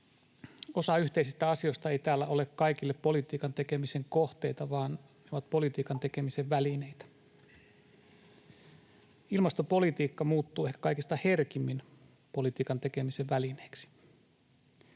osa yhteisistä asioista ei täällä ole kaikille politiikan tekemisen kohteita vaan ne ovat politiikan tekemisen välineitä. Ilmastopolitiikka muuttuu ehkä kaikista herkimmin politiikan tekemisen välineeksi: